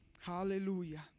Hallelujah